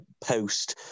post